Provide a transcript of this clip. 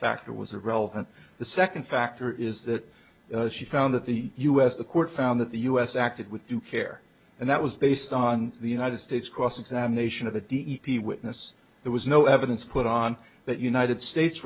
factor was relevant the second factor is that she found that the u s the court found that the us acted with due care and that was based on the united states cross examination of the d e p witness there was no evidence put on that united states